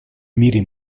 мире